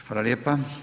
Hvala lijepa.